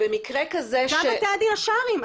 גם בתי הדין השרעיים,